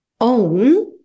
own